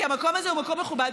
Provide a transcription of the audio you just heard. כי המקום הזה הוא מקום מכובד,